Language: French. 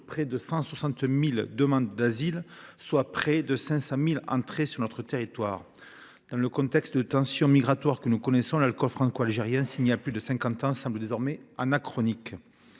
près de 160 000 demandes d’asile, soit près de 500 000 entrées sur notre territoire. Dans le contexte de tensions migratoires que nous connaissons, l’accord franco algérien, signé il y a plus de cinquante ans, apparaît désormais anachronique.